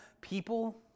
people